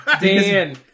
Dan